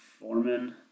Foreman